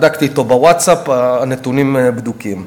בדקתי אתו בווטסאפ, הנתונים בדוקים.